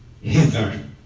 hither